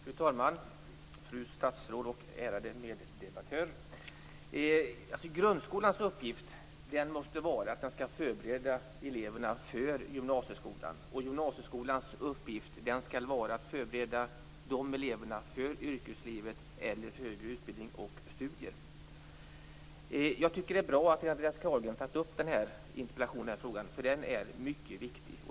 Fru talman! Fru statsråd och ärade meddebattör! Grundskolans uppgift måste vara att förbereda eleverna för gymnasieskolan. Gymnasieskolans uppgift skall vara att förbereda eleverna för yrkeslivet eller för högre utbildning och studier. Jag tycker att det är bra att Andreas Carlgren har tagit upp den här frågan, för den är mycket viktig.